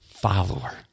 Follower